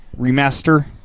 remaster